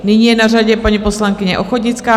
Nyní je na řadě paní poslankyně Ochodnická.